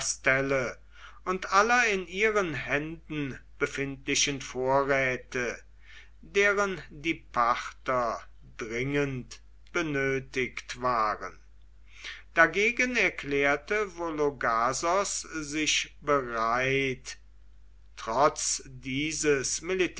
und aller in ihren händen befindlichen vorräte deren die parther dringend benötigt waren dagegen erklärte vologasos sich bereit trotz dieses